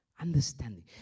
Understanding